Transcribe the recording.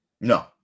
No